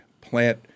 Plant